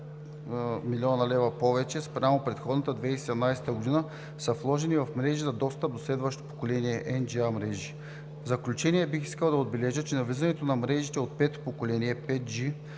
млн. лв. повече спрямо предходната 2017 г. – са вложени в мрежи за достъп до следващо поколение Ай Ен Джи мрежи. В заключение, бих искал да отбележа, че навлизането на мрежите от пето поколение 5G